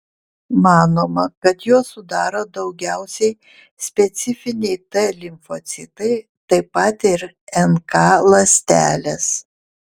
manoma kad juos sudaro daugiausiai specifiniai t limfocitai taip pat ir nk ląstelės